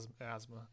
asthma